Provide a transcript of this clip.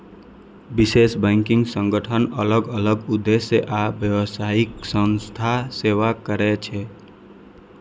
निवेश बैंकिंग संगठन अलग अलग उद्देश्य आ व्यावसायिक संस्थाक सेवा करै छै